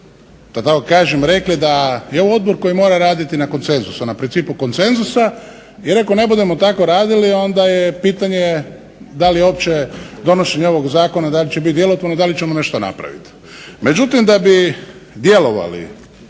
da tako kažem rekli da je ovo odbor koji mora raditi na konsenzusu, na principu konsenzusa jer ako ne budemo tako radili onda je pitanje da li uopće donošenje ovog zakona da li će biti djelotvorno i da li ćemo nešto napraviti. Međutim da bi djelovali,